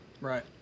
Right